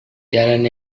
jalan